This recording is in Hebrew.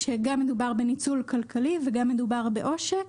כשגם מדובר בניצול כלכלי וגם מדובר בעושק.